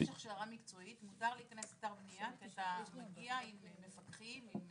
יש הכשרה מקצועית אתה מגיע עם מפקחים עם